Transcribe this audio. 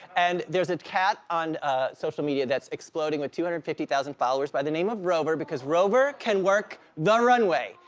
and there's a cat on social media that's exploding with two hundred fifty thousand followers by the name of rover, because rover can work the runway.